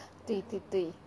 对对对